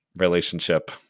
relationship